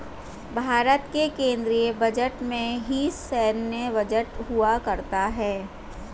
भारत के केन्द्रीय बजट में ही सैन्य बजट हुआ करता है